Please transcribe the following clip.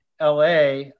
LA